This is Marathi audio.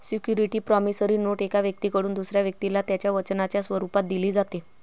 सिक्युरिटी प्रॉमिसरी नोट एका व्यक्तीकडून दुसऱ्या व्यक्तीला त्याच्या वचनाच्या स्वरूपात दिली जाते